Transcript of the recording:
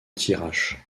thiérache